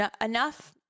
enough